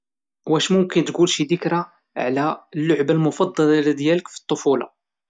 واش ممكن تقول شي ذكرى على اللعبة المفضلة ديالك.